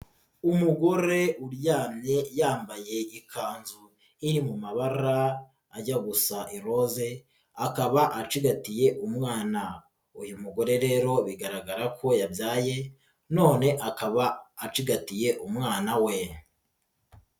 Umugore uryamye yambaye ikanzu iri mu mabara ajya gusa iroze akaba acigatiye umwana, uyu mugore rero bigaragara ko yabyaye none akaba acigatiye umwana we.